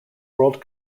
world